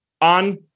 on